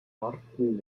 arten